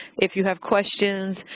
if you have questions,